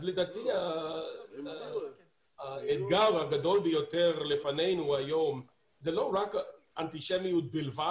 אז לדעתי האתגר הגדול ביותר לפנינו היום זה לא רק אנטישמיות בלבד,